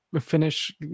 finish